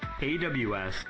AWS